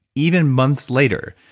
even months later,